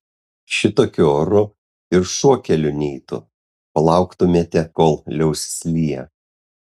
šitokiu oru ir šuo keliu neitų palauktumėte kol liausis liję